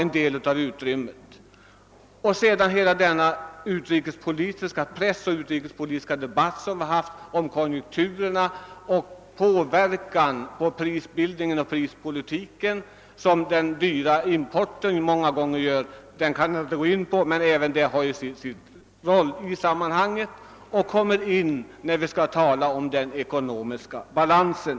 Till detta kommer den press de internationella konjunkturerna utövar på den svenka ekonomin — något som debatterats mycket på sistone — och den påverkan av prisbildningen som den dyra importen många gånger medför. Jag skall inte gå in på dessa saker, utan vill bara påpeka att de spelar sin roll för den ekonomiska balansen.